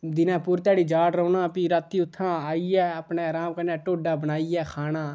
दिनें पूरी ध्याड़़ी जाड़ रौह्ना फ्ही राती उत्थों आइयै अपना अराम कन्नै टोडा बनाइयै खाना